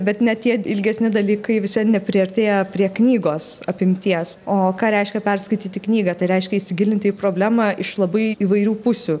bet net tie ilgesni dalykai vis vien nepriartėja prie knygos apimties o ką reiškia perskaityti knygą tai reiškia įsigilinti į problemą iš labai įvairių pusių